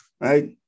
right